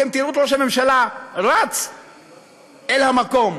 אתם תראו את ראש בממשלה רץ אל המקום,